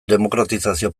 demokratizazio